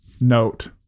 note